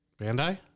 Bandai